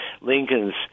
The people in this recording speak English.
Lincoln's